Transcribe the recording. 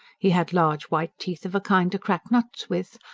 he had large white teeth of a kind to crack nuts with,